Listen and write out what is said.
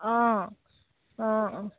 অঁ অঁ অঁ